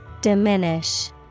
Diminish